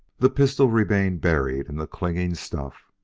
the pistol remained buried in the clinging stuff.